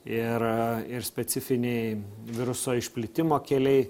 ir ir specifiniai viruso išplitimo keliai